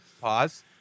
Pause